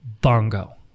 bongo